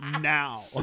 now